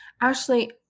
Ashley